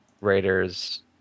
Raiders